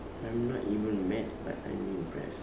I'm not even mad but I'm impressed